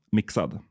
mixad